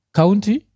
county